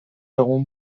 egun